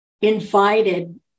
invited